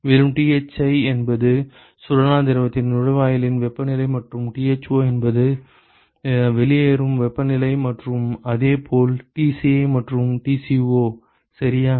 மேலும் Thi என்பது சூடான திரவத்தின் நுழைவாயிலின் வெப்பநிலை மற்றும் Tho என்பது வெளியேறும் வெப்பநிலை மற்றும் அதே போல் Tci மற்றும் Tco சரியா